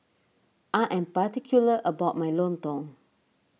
I am particular about my Lontong